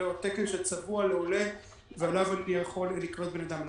או תקן שצבוע לעולה ועליו אני יכול לקלוט בן אדם.